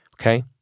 okay